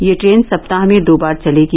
यह ट्रेन सप्ताह में दो बार चलेगी